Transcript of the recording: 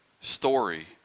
story